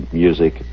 music